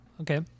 Okay